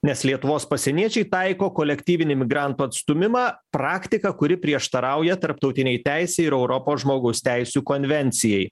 nes lietuvos pasieniečiai taiko kolektyvinį migrantų atstūmimą praktiką kuri prieštarauja tarptautinei teisei ir europos žmogaus teisių konvencijai